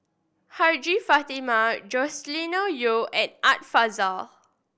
Hajjah Fatimah Joscelin Yeo and Art Fazil